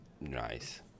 Nice